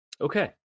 Okay